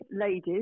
ladies